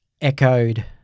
echoed